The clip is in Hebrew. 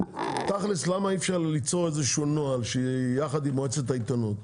תכלס למה אי אפשר ליצור פה איזשהו נוהל שיהיה יחד עם מועצת העיתונות.